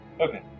Okay